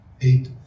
eight